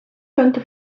könnte